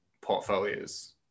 portfolios